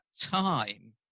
time